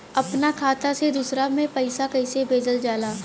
अपना खाता से दूसरा में पैसा कईसे भेजल जाला?